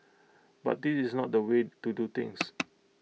but this is not the way to do things